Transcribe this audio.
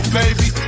baby